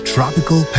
Tropical